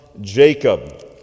Jacob